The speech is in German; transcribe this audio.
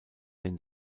den